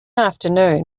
afternoon